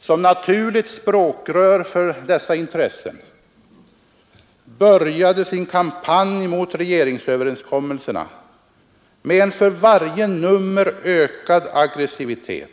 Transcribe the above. som naturligt språkrör för dessa intressen sin kampanj mot regeringsöverenskommelserna — med en för varje nummer ökad aggressivitet.